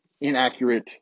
inaccurate